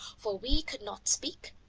for we could not speak.